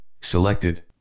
selected